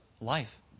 life